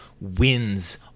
wins